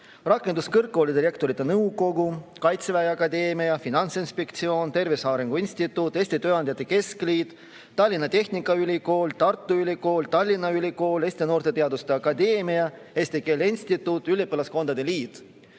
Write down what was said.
Rakenduskõrgkoolide Rektorite Nõukogu, Kaitseväe Akadeemia, Finantsinspektsioon, Tervise Arengu Instituut, Eesti Tööandjate Keskliit, Tallinna Tehnikaülikool, Tartu Ülikool, Tallinna Ülikool, Eesti Noorte Teaduste Akadeemia, Eesti Keele Instituut ja Eesti Üliõpilaskondade Liit.